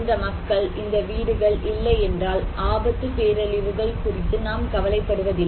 இந்த மக்கள் இந்த வீடுகள் இல்லை என்றால் ஆபத்து பேரழிவுகள் குறித்து நாம் கவலைப்படுவதில்லை